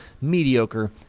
mediocre